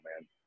man